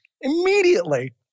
immediately